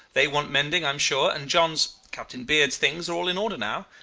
they want mending, i am sure, and john's captain beard's things are all in order now.